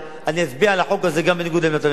אני אצביע על החוק הזה גם בניגוד לעמדת הממשלה.